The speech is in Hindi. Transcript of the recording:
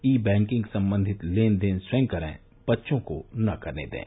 ई बैंकिंग संबंधित लेन देन स्वयं करें बच्चों को न दें